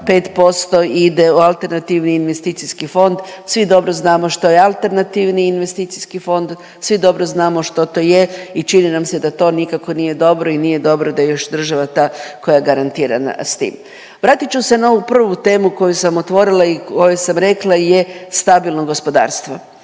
ova ideja da 5% ide u AIF, svi znamo što je AIF, svi dobro znamo što to je i čini nam se da to nikako nije dobro i nije dobro da je još država ta koja garantira s tim. Vratit ću se na ovu prvu temu koju sam otvorila i koju sam rekla je stabilno gospodarstvo.